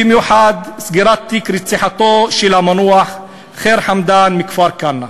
במיוחד סגירת תיק רציחתו של המנוח ח'יר חמדאן מכפר-כנא.